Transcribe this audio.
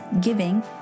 giving